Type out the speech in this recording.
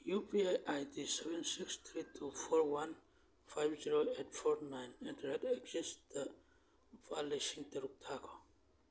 U P I I D seven six three two four one five zero eight four nine at the rate ꯑꯦꯛꯁꯤꯁꯗ ꯂꯨꯄꯥ ꯂꯤꯁꯤꯡ ꯇꯔꯨꯛ ꯊꯥꯈꯣ